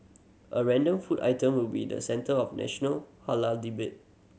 a random food item will be the centre of national halal debate